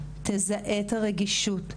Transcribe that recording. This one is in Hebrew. תזהה את הרגישות,